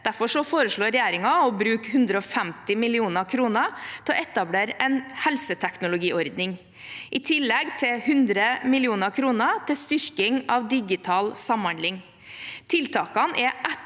Derfor foreslår regjeringen å bruke 150 mill. kr til å etablere en helseteknologiordning, i tillegg til 100 mill. kr til styrking av digital samhandling. Tiltakene er etterspurt